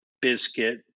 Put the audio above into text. biscuit